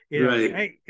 right